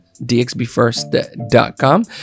dxbfirst.com